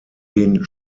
den